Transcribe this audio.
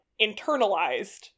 internalized